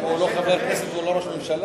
אם הוא לא חבר כנסת הוא לא ראש ממשלה.